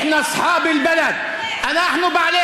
(אומר בערבית